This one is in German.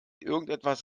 irgendetwas